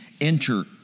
enter